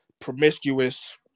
promiscuous